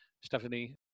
Stephanie